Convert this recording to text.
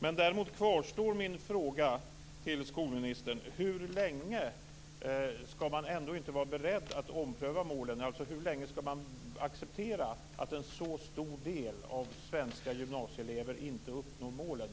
Däremot kvarstår min fråga till skolministern: Hur länge skall man vänta utan att vara beredd att ompröva målen? Hur länge skall man acceptera att en så stor del av svenska gymnasieelever inte uppnår målen?